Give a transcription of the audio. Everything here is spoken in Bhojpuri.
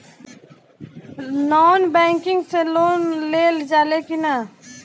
नॉन बैंकिंग से लोन लेल जा ले कि ना?